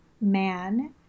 man